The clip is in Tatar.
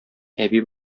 әби